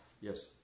Yes